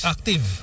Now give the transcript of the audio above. Active